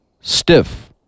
Stiff